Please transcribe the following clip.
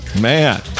man